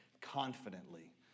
confidently